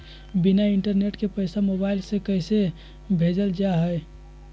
बिना इंटरनेट के पैसा मोबाइल से कैसे भेजल जा है?